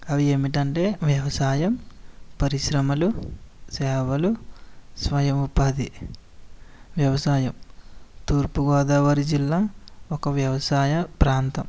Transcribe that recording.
అవి ఏంటంటే వ్యవసాయం పరిశ్రమలు సేవలు స్వయం ఉపాది వ్యవసాయం తూర్పు గోదావరి జిల్లా ఒక వ్యవసాయ ప్రాంతం